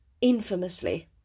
infamously